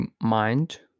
mind